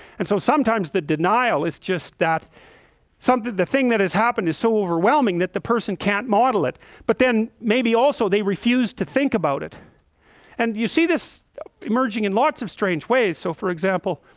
and so sometimes the denial is just that something the thing that has happened is so overwhelming that the person can't model it but then maybe also they refuse to think about it and you see this emerging in lots of strange ways so for example,